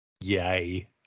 Yay